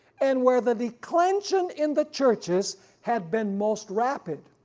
and where the declension in the churches had been most rapid,